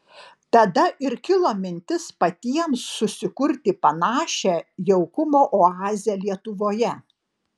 tada ir kilo mintis patiems susikurti panašią jaukumo oazę lietuvoje